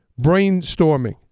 Brainstorming